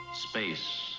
space